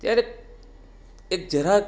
ત્યારે એક જરાક